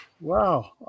Wow